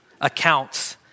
accounts